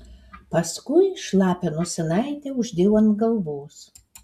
paskui šlapią nosinaitę uždėjau ant galvos